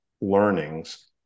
learnings